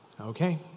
Okay